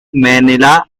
manila